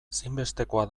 ezinbestekoa